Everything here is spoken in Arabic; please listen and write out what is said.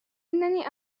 إنني